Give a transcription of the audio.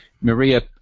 Maria